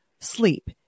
sleep